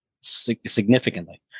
significantly